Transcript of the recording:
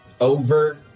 over